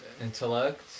intellect